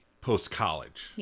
post-college